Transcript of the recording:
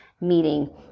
meeting